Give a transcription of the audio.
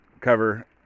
cover